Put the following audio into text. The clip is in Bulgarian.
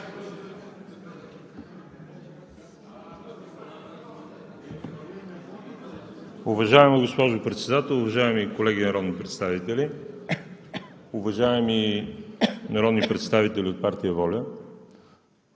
Уважаема госпожо Председател, уважаеми колеги народни представители! Уважаеми народни представители от партия „ВОЛЯ